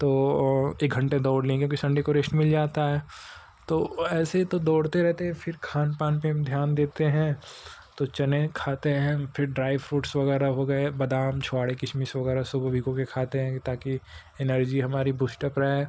तो एक घण्टे दौड़ लेंगे क्यों सन्डे को रेस्ट मिल जाता है तो ऐसे ही तो दौड़ते रहते हैं फिर खानपान पर हम ध्यान देते हैं तो चने खाते हैं फिर ड्राई फ्रूट्स वग़ैरह हो गए बादाम छोहारा किसमिस वग़ैरह सबको भिगोकर खाते हैं कि ताकि एनर्ज़ी हमारी बूस्टअप रहे